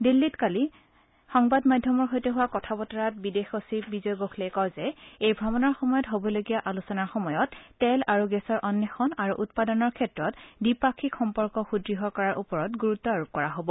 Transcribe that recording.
দিল্লীত কালি বিয়লি সংবাদমাধ্যমৰ সৈতে হোৱা কথা বতৰাত বিদেশ সচিব বিজয় গোখলে কয় যে এই ভ্ৰমণৰ সময়ত হ'বলগীয়া আলোচনাৰ সময়ত তেল আৰু গেছৰ অন্নেষণ আৰু উৎপাদনৰ ক্ষেত্ৰত দ্বিপাক্ষিক সম্পৰ্ক সুদৃঢ় কৰাৰ ওপৰত গুৰুত্ব আৰোপ কৰা হ'ব